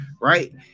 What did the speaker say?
right